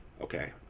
Okay